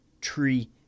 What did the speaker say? tree